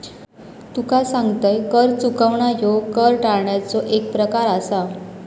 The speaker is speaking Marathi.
तुका सांगतंय, कर चुकवणा ह्यो कर टाळण्याचो एक प्रकार आसा